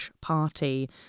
party